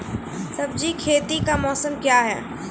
सब्जी खेती का मौसम क्या हैं?